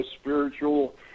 spiritual